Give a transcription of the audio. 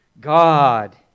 God